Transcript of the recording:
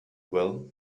well